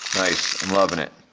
nice, i'm loving it.